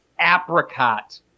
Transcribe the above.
apricot